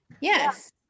yes